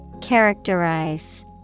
Characterize